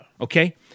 Okay